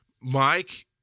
Mike